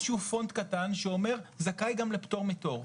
שהוא פונט קטן שאומר שזכאי גם לפטור מתור.